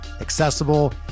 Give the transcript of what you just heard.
accessible